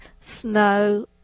snow